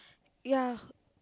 ya